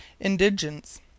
Indigence